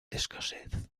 escasez